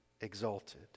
exalted